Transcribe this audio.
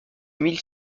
mille